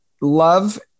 love